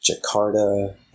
Jakarta